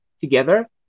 together